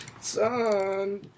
Son